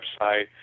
website